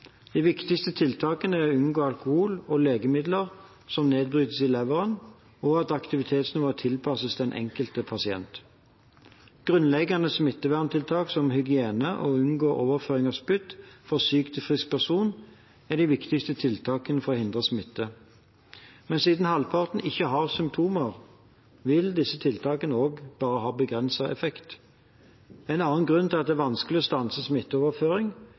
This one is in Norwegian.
De viktigste tiltakene er å unngå alkohol og legemidler som nedbrytes i leveren, og at aktivitetsnivået tilpasses den enkelte pasient. Grunnleggende smitteverntiltak som god hygiene og å unngå overføring av spytt fra syk til frisk person er de viktigste tiltakene for å hindre smitte. Men siden halvparten ikke har symptomer, vil disse tiltakene bare ha begrenset effekt. En annen grunn til at det er vanskelig å stanse smitteoverføring,